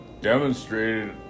demonstrated